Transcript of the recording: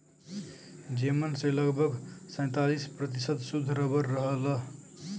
जेमन से लगभग सैंतालीस प्रतिशत सुद्ध रबर रहल